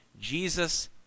Jesus